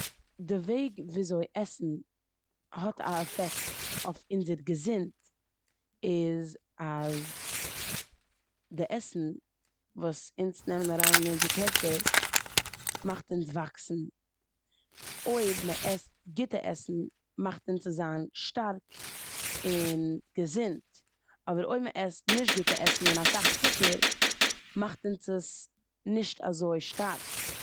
די וועג וויאזוי עסן האט א עפעקט אויף אונזער געזונט איז אז די עסן וואס אונז נעמען אריין אין אונזער קערפער מאכט אונז וואקסן. אויב מ'עסט גוטע עסן מאכט אונז עס זיין שטארק און געזונט, אבער אויב מ'עסט נישט גוטע עסן און אסאך צוקער מאכט אונז עס נישט אזוי שטארק.